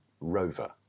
rover